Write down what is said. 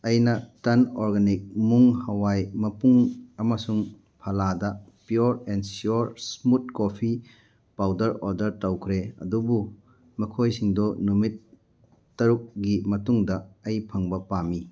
ꯑꯩꯅ ꯇꯔꯟ ꯑꯣꯔꯒꯥꯅꯤꯛ ꯃꯨꯡ ꯍꯋꯥꯏ ꯃꯄꯨꯡ ꯑꯃꯁꯨꯡ ꯐꯂꯥꯗ ꯄꯤꯌꯣꯔ ꯑꯦꯟ ꯁꯤꯌꯣꯔ ꯏꯁꯃꯨꯠ ꯀꯣꯐꯤ ꯄꯥꯎꯗꯔ ꯑꯣꯔꯗꯔ ꯇꯧꯈ꯭ꯔꯦ ꯑꯗꯨꯕꯨ ꯃꯈꯣꯏꯁꯤꯡꯗꯣ ꯅꯨꯃꯤꯠ ꯇꯔꯨꯛꯒꯤ ꯃꯇꯨꯡꯗ ꯑꯩ ꯐꯪꯕ ꯄꯥꯝꯃꯤ